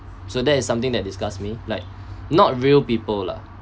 so that is something that disgusts me like not real people lah